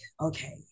okay